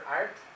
art